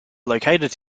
located